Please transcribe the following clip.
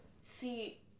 See